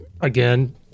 again